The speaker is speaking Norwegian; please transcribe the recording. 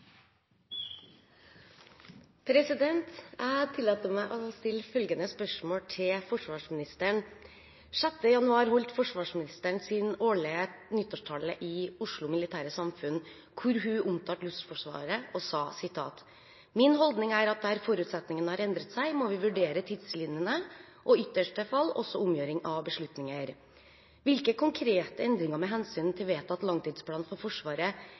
forsvarsministeren: «6. januar holdt forsvarsministeren sin årlige nyttårstale i Oslo Militære Samfund hvor hun omtalte Luftforsvaret, og sa: «Min holdning er at der forutsetningene har endret seg, må vi vurdere tidslinjene og ytterste fall også omgjøring av beslutninger.» Hvilke konkrete endringer med hensyn til vedtatt langtidsplan for Forsvaret